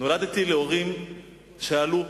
נולדתי להורים שעלו,